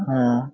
হ্যাঁ